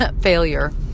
failure